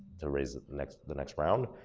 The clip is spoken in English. to raise the next the next round.